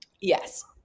yes